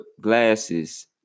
glasses